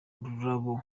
ururabo